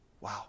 Wow